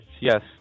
yes